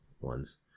ones